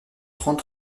trente